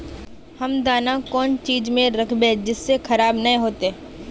हम दाना कौन चीज में राखबे जिससे खराब नय होते?